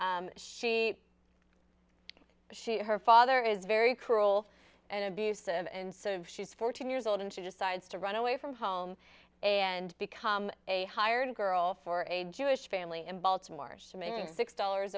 regardless she she her father is very cruel and abusive and so she's fourteen years old and she decides to run away from home and become a hired girl for a jewish family in baltimore making six dollars